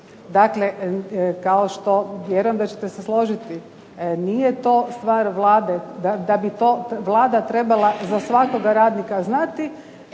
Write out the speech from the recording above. Dakle, kao što vjerujem da ćete se složiti nije to stvar Vlade da bi to Vlada trebala za svakoga radnika znati,